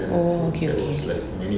oh okay okay